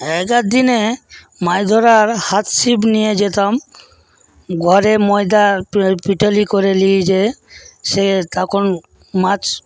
আগেকার দিনে মাছ ধরার হাত ছিপ নিয়ে যেতাম ঘরে ময়দার পিটুলি করে নিয়ে গিয়ে সে তখন মাছ